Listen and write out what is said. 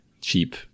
cheap